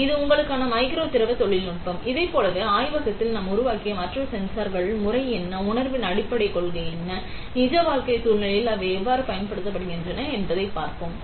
எனவே அது உங்களுக்கான மைக்ரோ திரவ தொழில்நுட்பம் இதைப் போலவே ஆய்வகத்தில் நாம் உருவாக்கிய மற்ற சென்சார்கள் முறை என்ன உணர்வின் அடிப்படைக் கொள்கை என்ன நிஜ வாழ்க்கை சூழ்நிலையில் அவை எவ்வாறு பயன்படுத்தப்படுகின்றன என்பதைப் பார்ப்போம்